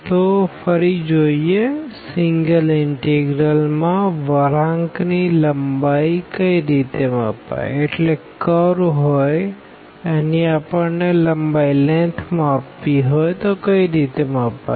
તો ફરી જોઈએ સિંગલ ઇનટેગ્રલ માં વળાંક ની લંબાઈ કઈ રીતે મપાય